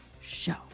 show